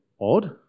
odd